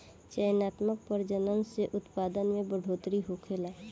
चयनात्मक प्रजनन से उत्पादन में बढ़ोतरी होखेला